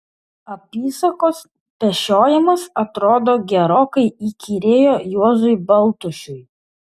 apysakos pešiojimas atrodo gerokai įkyrėjo juozui baltušiui